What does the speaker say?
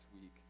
week